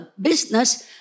business